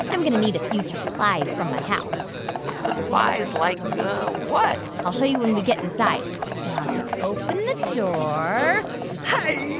i'm going to need a few supplies from my house supplies like what? i'll show you when we get inside. now to open the door hi-ya after you,